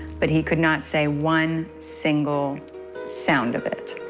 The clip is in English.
but he could not say one single sound of it.